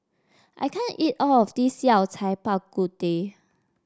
I can't eat all of this Yao Cai Bak Kut Teh